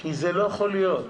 כי זה לא יכול להיות.